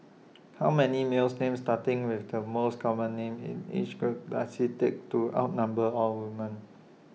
how many males names starting with the most common names in each group does IT take to outnumber all woman